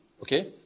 Okay